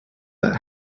that